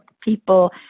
people